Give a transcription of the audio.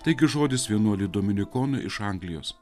taigi žodis vienuoliui dominikonui iš anglijos